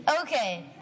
Okay